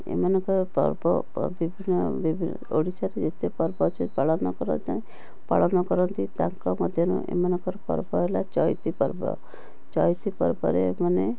ଏମାନଙ୍କ ପର୍ବ ବିଭିନ୍ନ ବିଭିନ୍ନ ଓଡ଼ିଶାର ଯେତେ ପର୍ବ ଅଛି ପାଳନ କରାଯାଏ ପାଳନ କରନ୍ତି ତାଙ୍କ ମଧ୍ୟରୁ ଏମାନଙ୍କର ପର୍ବ ହେଲା ଚଇତି ପର୍ବ ଚଇତି ପର୍ବରେ ଏମାନେ